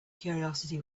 curiosity